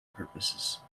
purposes